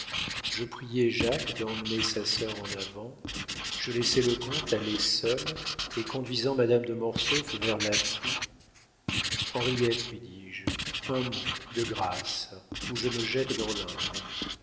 je priai jacques d'emmener sa sœur en avant je laissai le comte aller seul et conduisant madame de mortsauf vers la toue henriette lui dis-je un mot de grâce ou je me jette dans l'indre